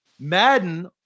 Madden